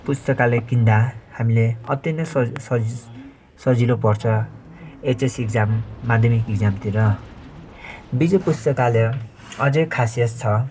पुस्तकालय किन्दा हामीले अति नै सज सज सजिलो पर्छ एचएस इक्जाम माध्यमिक इक्जामतिर विजय पुस्तकालय अझै खासियत छ